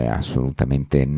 assolutamente